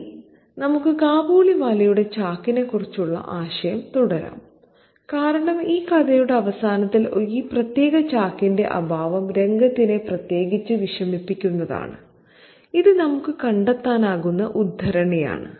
ഇനി നമുക്ക് കാബൂളിവാലയുടെ ചാക്കിനെക്കുറിച്ചുള്ള ആശയം തുടരാം കാരണം ഈ കഥയുടെ അവസാനത്തിൽ ഈ പ്രത്യേക ചാക്കിന്റെ അഭാവം രംഗത്തിനെ പ്രത്യേകിച്ച് വിഷമിപ്പിക്കുന്നതാണ് ഇത് നമുക്ക് കണ്ടെത്താനാകുന്ന ഉദ്ധരണിയാണ്